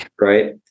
right